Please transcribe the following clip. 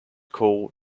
call